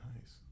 Nice